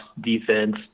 defense